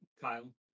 Kyle